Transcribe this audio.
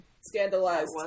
scandalized